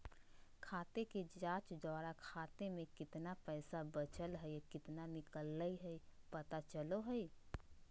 खाते के जांच द्वारा खाता में केतना पैसा बचल हइ केतना निकलय पता चलो हइ